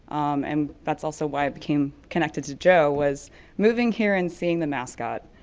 um that's also why i became connected to joe, was moving here and seeing the mascot.